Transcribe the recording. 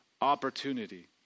opportunity